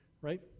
right